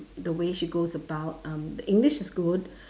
the way she goes about um the english is good